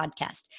podcast